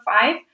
five